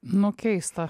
nu keista